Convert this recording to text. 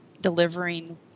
delivering